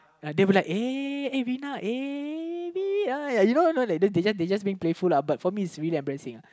they will likeuhRinauhyou know you know they they just being playful uh but for me it's just really embarrassing uh